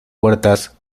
puertas